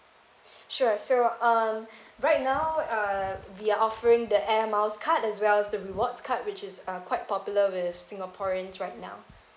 sure so um right now uh we are offering the air miles card as well as the rewards card which is uh quite popular with singaporeans right now